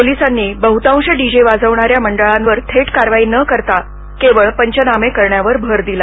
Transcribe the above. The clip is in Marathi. पोलिसांनी बहुतांश डीजे वाजवणाऱ्या मंडळांवर थेट कारवाई न करता केबळ पंचनामे करण्यावर भर दिला